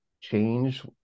change